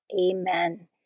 Amen